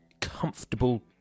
comfortable